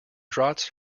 draughts